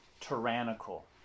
tyrannical